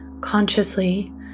consciously